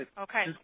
Okay